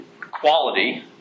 quality